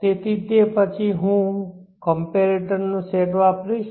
તેથી તે પછી હું હું કંપેરેટર નો સેટ વાપરીશ